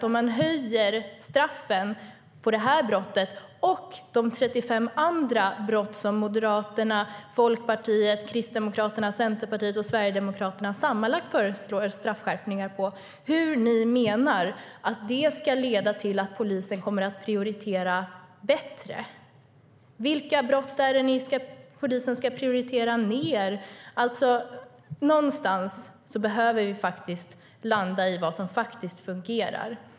Om man höjer straffen för det här brottet - och de 35 andra brott som Moderaterna, Folkpartiet, Kristdemokraterna, Centerpartiet och Sverigedemokraterna sammanlagt föreslår straffskärpningar på - hur menar ni att det ska leda till att polisen kommer att prioritera bättre? Vilka brott är det polisen ska prioritera ned? Någonstans behöver vi landa i vad som faktiskt fungerar.